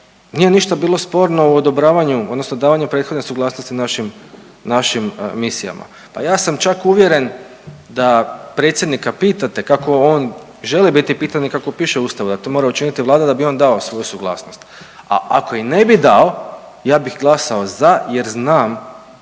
nije ništa bilo sporno u odobravanju odnosno davanju prethodne suglasnosti našim, našim misijama. Pa ja sam čak uvjeren da predsjednika pitate kako on želi biti pitan i kako piše u Ustavu da to mora učiniti Vlada da bi on dao svoju suglasnost. A ako i ne bi dao ja bih glasao za jer znam